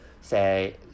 say